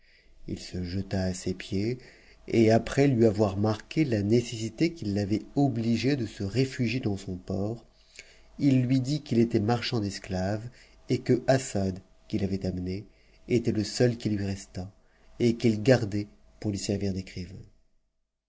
il se jeta à ses pieds et après lui avoir marqué la nécessité qui l'avait obligé de se réfugier dans son port il lui dit qu'il était marchand d'esclaves et que assad qn'i avait amené était le seul qui lui restât et qu'il gardait pour lui servir d'écrivain